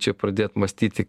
čia pradėt mąstyti